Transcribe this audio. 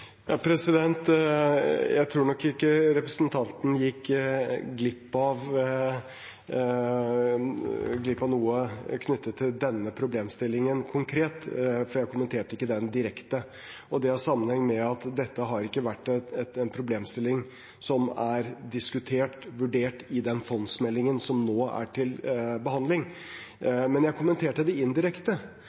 Jeg tror nok ikke representanten gikk glipp av noe knyttet til denne problemstillingen konkret, for jeg kommenterte den ikke direkte. Det har sammenheng med at dette ikke er en problemstilling som har vært diskutert/vurdert i den fondsmeldingen som nå er til behandling. Men jeg kommenterte den indirekte